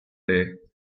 day